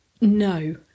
No